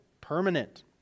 permanent